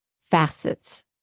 facets